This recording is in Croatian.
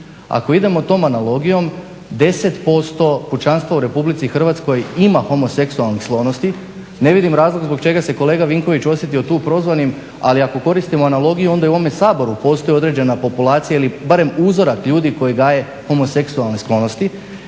Ako idemo tom analogijom 10% pučanstva u Republici Hrvatskoj ima homoseksualnih sklonosti. Ne vidim razlog zbog čega se kolega Vinković osjetio tu prozvanim. Ali ako koristimo analogiju, onda i u ovome Saboru postoji određena populacija ili barem uzorak ljudi koji gaje homoseksualne sklonosti.